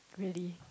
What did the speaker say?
really